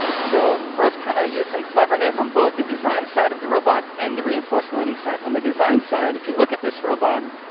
so russ kind of used some cleverness on both the design side of the robot and the reinforced learning side. on the design side, if you look at this robot,